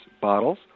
bottles